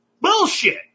Bullshit